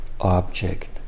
object